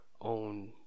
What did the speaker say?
own